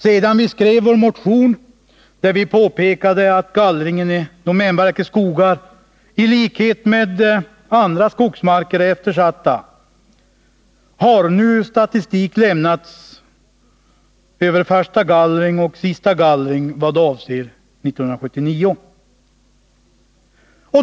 Sedan vi skrev vår motion, där vi påpekade att gallringen i domänverkets skogar i likhet med andra skogsmarker är eftersatta, har nu statistik lämnats över förstagallring och sistagallring vad avser 1979.